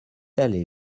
allée